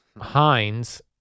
Heinz